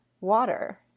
water